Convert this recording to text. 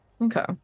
okay